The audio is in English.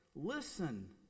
Listen